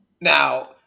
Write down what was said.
Now